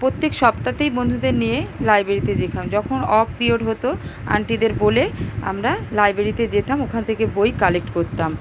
প্রত্যেক সপ্তাতেই বন্ধুদের নিয়ে লাইব্রেরিতে যেতাম যখন অফ পিরিয়ড হতো আন্টিদের বলে আমরা লাইব্রেরিতে যেতাম ওখান থেকে বই কালেক্ট করতাম